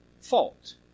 fault